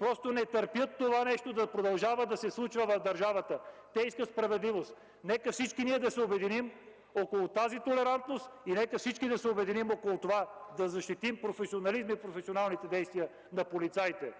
граждани не търпят това нещо да продължава да се случва в държавата. Те искат справедливост! Нека всички да се обединим около тази толерантност и нека всички да се обединим около това да защитим професионализма и професионалните действия на полицаите.